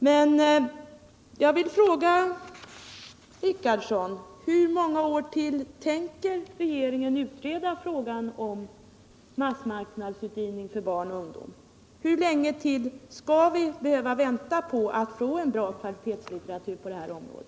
Men jag vill fråga Gunnar Richardson: Hur många år till tänker regeringen utreda frågan om massmarknadsutgivning för barn och ungdom”? Hur länge till skall vi behöva vänta på att få kvalitetslitteratur på det här området?